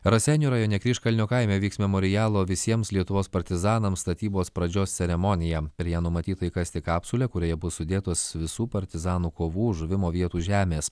raseinių rajone kryžkalnio kaime vyks memorialo visiems lietuvos partizanams statybos pradžios ceremonija prie numatyta įkasti kapsulę kurioje bus sudėtos visų partizanų kovų žuvimo vietų žemės